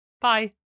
Bye